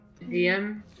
DM